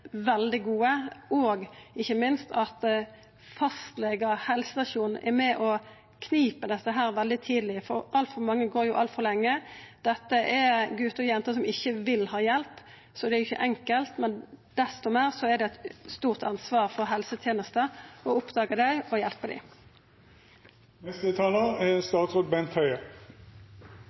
veldig gode, og – ikkje minst – at fastlegar og helsestasjonar er med og grip dette veldig tidleg, for altfor mange går altfor lenge? Dette er gutar og jenter som ikkje vil ha hjelp, så det er ikkje enkelt. Men desto meir er det eit stort ansvar for helsetenesta å oppdaga dei